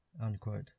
unquote